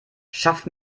schafft